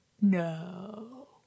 no